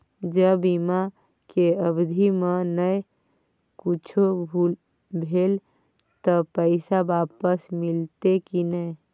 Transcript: ज बीमा के अवधि म नय कुछो भेल त पैसा वापस मिलते की नय?